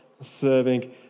serving